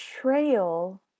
trail